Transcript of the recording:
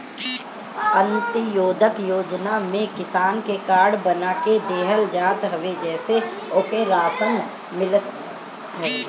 अन्त्योदय योजना में किसान के कार्ड बना के देहल जात हवे जेसे ओके राशन मिलत हवे